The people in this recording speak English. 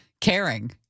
caring